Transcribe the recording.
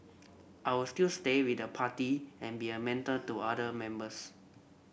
I'll still stay with the party and be a mentor to other members